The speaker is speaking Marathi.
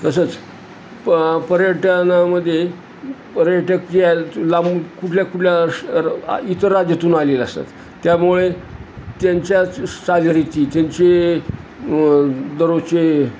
तसंच प पर्यटनामध्ये पर्यटक जे लांबून कुठल्या कुठल्या इतर राज्यातून आलेले असतात त्यामुळे त्यांच्याच चालीरीती त्यांचे दररोजचे